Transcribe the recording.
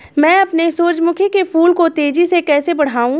मैं अपने सूरजमुखी के फूल को तेजी से कैसे बढाऊं?